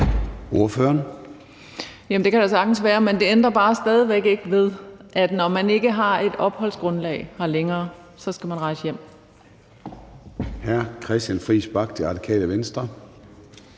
det kan da sagtens kan være, men det ændrer bare stadig væk ikke ved, at når man ikke har et opholdsgrundlag her længere, skal man rejse hjem.